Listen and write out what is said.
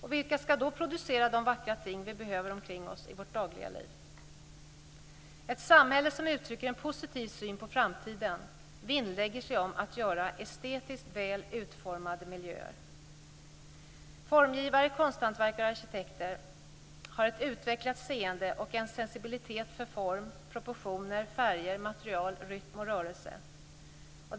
Och vilka ska då producera de vackra ting som vi behöver omkring oss i vårt dagliga liv? Ett samhälle som uttrycker en positiv syn på framtiden vinnlägger sig om att göra estetiskt väl utformade miljöer. Formgivare, konsthantverkare och arkitekter har ett utvecklat seende och en sensibilitet vad gäller form, proportioner, färger, material, rytm och rörelse.